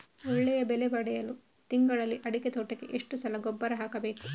ಒಳ್ಳೆಯ ಬೆಲೆ ಪಡೆಯಲು ತಿಂಗಳಲ್ಲಿ ಅಡಿಕೆ ತೋಟಕ್ಕೆ ಎಷ್ಟು ಸಲ ಗೊಬ್ಬರ ಹಾಕಬೇಕು?